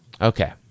Okay